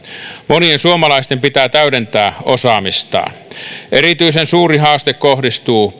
monien suomalaisten pitää täydentää osaamistaan erityisen suuri haaste kohdistuu